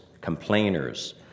complainers